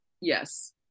Yes